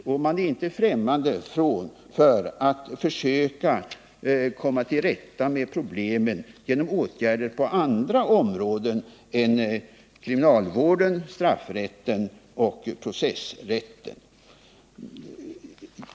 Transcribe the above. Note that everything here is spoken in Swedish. Och man är inte främmande för att försöka komma till rätta med problemen genom åtgärder på andra områden än kriminalvården, straffrätten och processrätten.